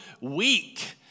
weak